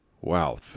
wow